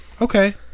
Okay